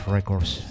Records